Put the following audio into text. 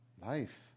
Life